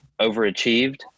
overachieved –